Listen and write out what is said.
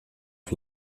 auf